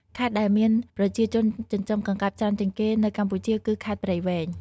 ខេត្តដែលមានប្រជាជនចិញ្ចឹមកង្កែបច្រើនជាងគេនៅកម្ពុជាគឺ ខេត្តព្រៃវែង។